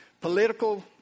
political